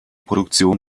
produktion